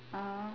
(uh huh)